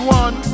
one